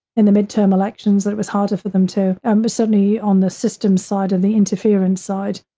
in the midterm elections, that it was harder for them to, um but certainly on the system side of the interference side.